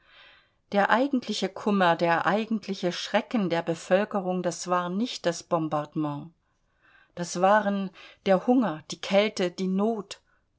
der eigentliche kummer der eigentliche schrecken der bevölkerung das war nicht das bombardement das waren der hunger die kälte die not